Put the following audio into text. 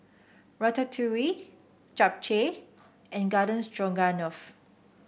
Ratatouille Japchae and Garden Stroganoff